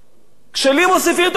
כשלי מוסיפים למשכורת,